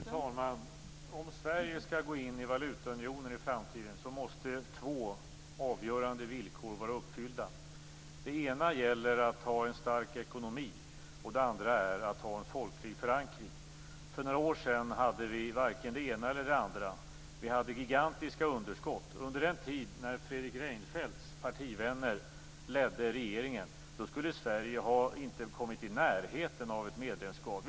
Fru talman! Om Sverige skall gå in i valutaunionen i framtiden måste två avgörande villkor vara uppfyllda. Det ena är att ha en stark ekonomi, det andra att ha en folklig förankring. För några år sedan hade vi varken det ena eller det andra. Vi hade gigantiska underskott. Under den tid när Fredrik Reinfeldts partivänner ledde regeringen skulle Sverige inte ha kommit i närheten av ett medlemskap.